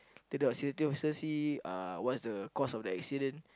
later the safety person see uh what's the cause of the accident